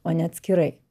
o ne atskirai